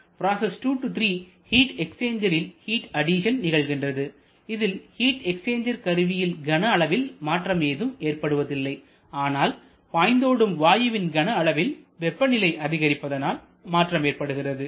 process 2 3 heat எக்ஸ்சேஞ்சரில் heat addition நிகழ்கின்றதுஇதில் heat exchanger கருவியின் கன அளவில் மாற்றம் ஏதும் ஏற்படுவதில்லை ஆனால் பாய்ந்தோடும் வாயுவின் கன அளவில் வெப்பநிலை அதிகரிப்பதனால் மாற்றம் ஏற்படுகிறது